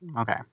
okay